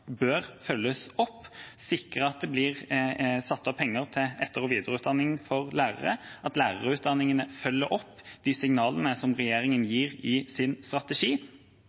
bør følges opp og sikre at det blir satt av penger til etter- og videreutdanning for lærere, at lærerutdanningene følger opp de signalene som regjeringen gir i sin strategi,